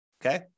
okay